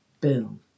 Boom